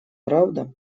правда